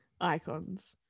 Icons